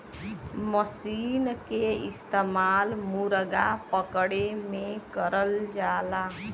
मसीन के इस्तेमाल मुरगा पकड़े में करल जाला